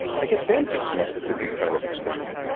i get them to come up with a new kind of experiment.